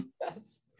Yes